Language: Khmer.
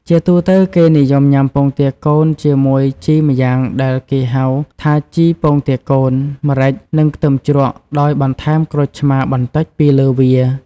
ជាទូទៅគេនិយមញុាំពងទាកូន ជាមួយជីម្យ៉ាងដែលគេហៅថាជីពងទាកូន ម្រេច និងខ្ទឹមជ្រក់ដោយបន្ថែមក្រូចឆ្មាបន្តិចពីលើវា។